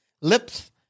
lips